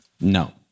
No